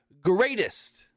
greatest